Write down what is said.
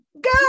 Go